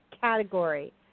category